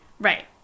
Right